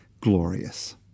glorious